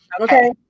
Okay